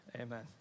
Amen